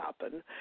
happen